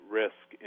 risk